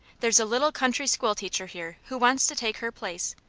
there's a little country school-teacher here, who wants to take her place,